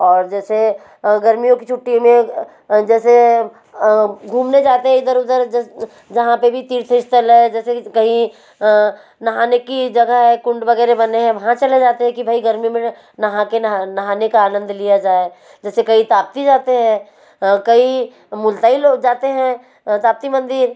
और जैसे गर्मियों की छुट्टी में जैसे घूमने जाते हैं इधर उधर जस जहाँ पे भी तीर्थ स्थल है जैसे कि कहीं नहाने की जगह है कुंड वगैरह बने हैं वहाँ चले जाते हैं कि भई गर्मी में नहाके नहा नहाने का आनंद लिया जाए जैसे कई ताप्ती जाते हैं कई मुलताई लोग जाते हैं ताप्ती मंदिर